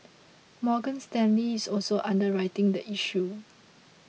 Morgan Stanley is also underwriting the issue